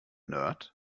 nerd